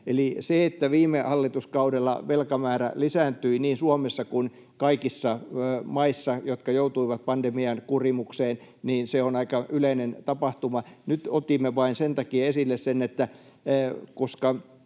Eli se, että viime hallituskaudella velkamäärä lisääntyi niin Suomessa kuin kaikissa maissa, jotka joutuivat pandemian kurimukseen, on aika yleinen tapahtuma. Nyt otimme sen esille vain sen